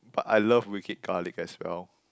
but I love Wicked Garlic as well